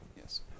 yes